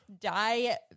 die